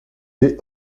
des